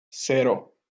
cero